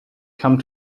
come